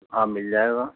ہاں مل جائے گا